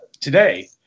today